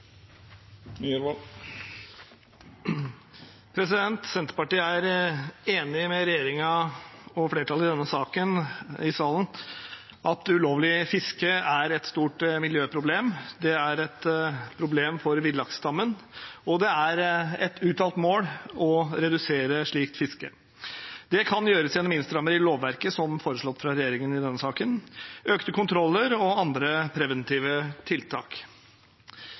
Senterpartiet er i denne saken enig med regjeringen og flertallet i salen i at ulovlig fiske er et stort miljøproblem. Det er et problem for villaksstammen, og det er et uttalt mål å redusere slikt fiske. Det kan gjøres gjennom innstramminger i lovverket, som foreslått fra regjeringen i denne saken, flere kontroller og andre preventive tiltak.